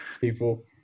people